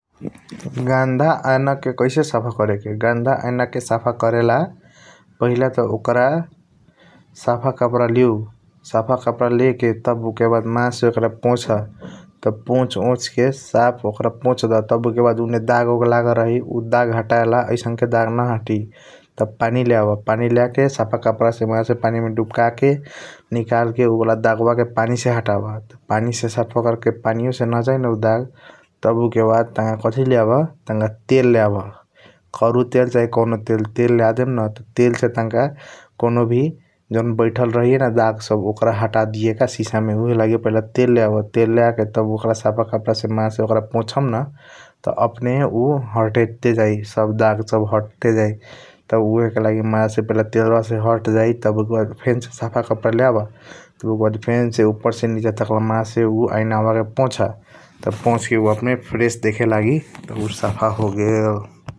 गंध अनक के कैसे साफ करएके गंध अनक साफ करेला पहिला त ओकर साफ कपड़ा लेउ साफ कपड़ा लेके तब उके बाद मज़ा से ओकर पोष त पोस ओस के । साफ ओकर पोस दा तब उके बाद उमे दाग ओग लगल रही आइसनके उ दाग हायल आइसनक उ दाग न हटी त पानी लेवाब पनि लेवाके साफ कपड़ा से मज़ा से । मज़ा से पनि मे डूब काके निकाल के उ वाला दाग वा के पनि से हटवा त पनि से साफ कर पनियों से नाजै ता उ दाग तब उके बाद कथी लेके आब तेल लेव करू तेल। चाही कॉनो तेल लेआदएम न तेल से तनक कॉनो वी जॉन बैठाल रहैया ना दाग सब ओकर हटादेय सीसा मे ऊहएलगी पहिला तेल लेवबा तेल लेयके साफ कपड़ा से । मज्जा से ओकर पोसम ना त अपने उ हटे सब दाग सब हटे जाई तब उहए के लागि मज़ा से पहिला तेल से हट जी त फेन से सफ कपड़ा लेके आब तब उके बाद उपपर से नीच टाकला । मज़ा से आयन वा से पोष त पोष उ अपने फ्रेश देखे लागि त उ साफ होगेल ।